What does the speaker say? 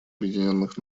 объединенных